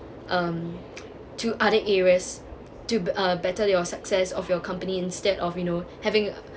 um to other areas to uh better your success of your company instead of you know having